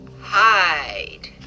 hide